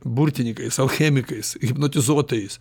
burtininkais alchemikais hipnotizuotojais